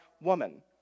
woman